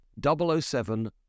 007